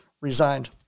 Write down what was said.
resigned